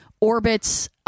orbits